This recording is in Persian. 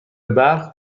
برق